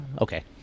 Okay